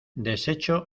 deshecho